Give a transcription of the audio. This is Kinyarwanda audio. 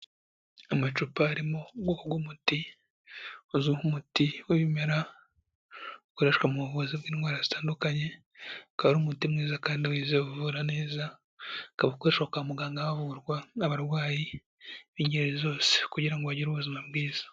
Amacupa arimo ubwoko bw'umuti uzwi nk'umuti w'ibimera ukoreshwa mu buvuzi bw'indwara zitandukanye, ukaba ari umuti mwiza kandi wizewe uvura neza ukaba ukoreshwa kwa muganga havurwa abarwayi b'ingeri zose kugira ngo bagire ubuzima bwiza.